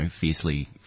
fiercely